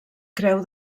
creu